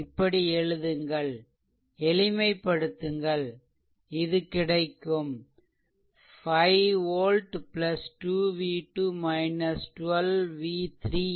இப்படி எழுதுங்கள் எளிமைபடுத்துங்கள் இது கிடைக்கும் 5 v 2 v2 12 v3 0